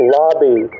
lobby